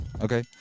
Okay